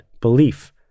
belief